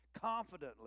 Confidently